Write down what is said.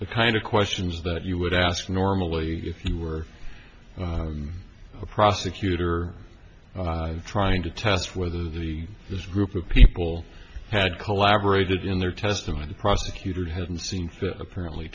the kind of questions that you would ask normally if you were a prosecutor trying to test whether the this group of people had collaborated in their testimony the prosecutor hadn't seen fit apparently